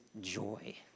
joy